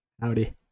Howdy